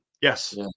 Yes